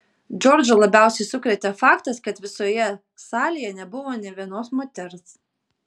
džordžą labiausiai sukrėtė faktas kad visoje salėje nebuvo nė vienos moters